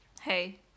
hey